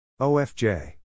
OFJ